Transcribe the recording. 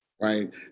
right